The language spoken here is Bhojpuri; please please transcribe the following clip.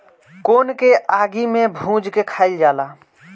कोन के आगि में भुज के खाइल जाला